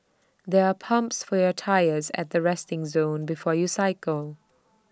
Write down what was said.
there are pumps for your tyres at the resting zone before you cycle